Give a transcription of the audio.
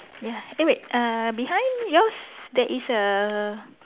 ya eh wait uh behind yours there is a